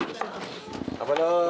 אדוני,